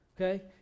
Okay